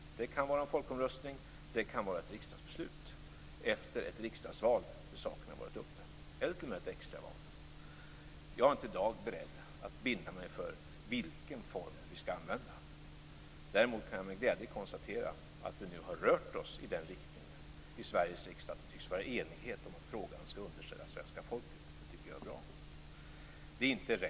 Det kan vara en folkomröstning, det kan vara ett riksdagsbeslut efter ett riksdagsval, när saken har varit uppe, eller t.o.m. ett extra val. Jag är inte i dag beredd att binda mig för vilken form vi skall använda. Däremot kan jag med glädje konstatera att vi nu har rört oss i den riktningen i Sveriges riksdag att det tycks vara enighet om att frågan skall underställas svenska folket. Det tycker jag är bra.